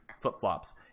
flip-flops